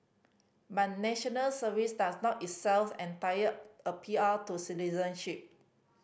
but National Service does not itself entitle a P R to citizenship